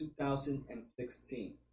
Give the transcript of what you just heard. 2016